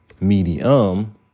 medium